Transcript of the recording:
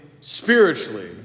spiritually